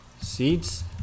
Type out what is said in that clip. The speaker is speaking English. Seeds